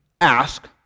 ask